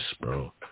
bro